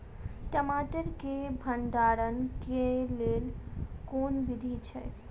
टमाटर केँ भण्डारण केँ लेल केँ विधि छैय?